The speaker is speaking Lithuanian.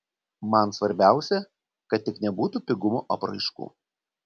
man svarbiausia kad tik nebūtų pigumo apraiškų